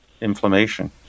inflammation